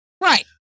Right